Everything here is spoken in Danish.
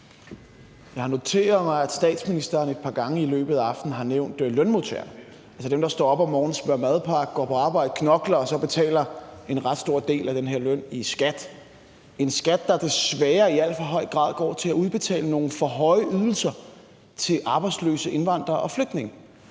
Jeg har noteret mig, at statsministeren et par gange i løbet af aftenen har nævnt lønmodtagerne, altså dem, der står op om morgenen, smører madpakke, går på arbejde, knokler og så betaler en ret stor del af denne løn i skat – en skat, der desværre i alt for høj grad går til at udbetale nogle for høje ydelser til arbejdsløse indvandrere og flygtninge.